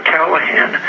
Callahan